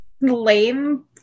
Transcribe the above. lame